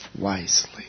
wisely